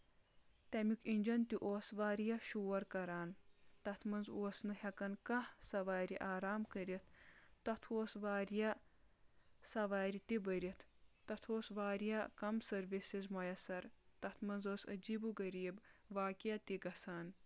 تَمیُک اِنجن تہِ اوس واریاہ شور کران تتھ منٛز اوس نہٕ ہیٚکان کانٛہہ سوارِ آرام کٔرِتھ تتھ اوس واریاہ سوارِ تہِ بٔرِتھ تَتھ اوس واریاہ کم سٔروِسز مۄیسر تَتھ منٛز ٲسۍ عجیٖب و غریٖب واقعہ تہِ گژھان